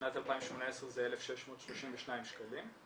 בשנת 2018 זה 1632 שקלים.